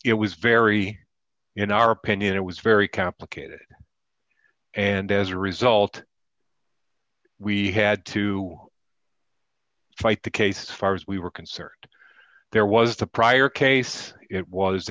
it was very you know our opinion it was very complicated and as a result we had to right the case far as we were concerned there was a prior case it was